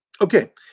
Okay